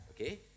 okay